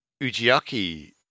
Ujiaki